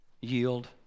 yield